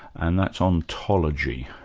and that's ontology.